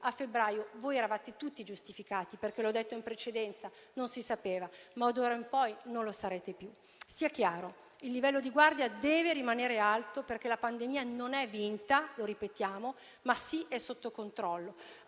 a febbraio voi eravate tutti giustificati, perché - come ho detto in precedenza - non si sapeva; ma d'ora in poi non lo sarete più. Sia chiaro: il livello di guardia deve rimanere alto, perché la pandemia non è vinta - lo ripetiamo - ma è sotto controllo.